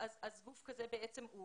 גוף כזה הוא